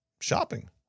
shopping